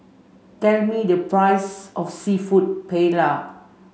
tell me the price of Seafood Paella